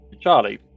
Charlie